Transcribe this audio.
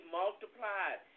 multiplied